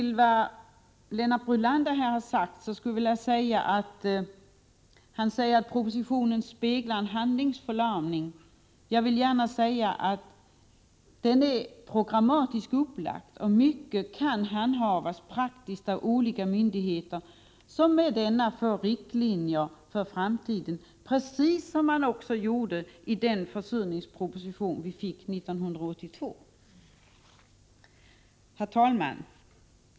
Lennart Brunander säger att propositionen speglar handlingsförlamning. Jag vill gärna säga att propositionen är programmatiskt upplagd. Mycket kan handhas praktiskt av olika myndigheter. Med de åtgärder som föreslås i propositionen får dessa myndigheter riktlinjer för sitt handlande i framtiden, precis så som var fallet med den försurningsproposition som framlades 1982. Herr talman!